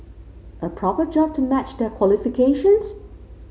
a proper job to match their qualifications